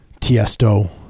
Tiesto